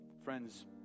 Friends